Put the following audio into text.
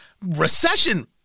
recession